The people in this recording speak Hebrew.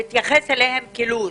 כלו"ז.